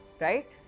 right